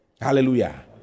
Hallelujah